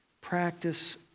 Practice